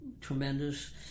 tremendous